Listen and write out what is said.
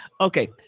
Okay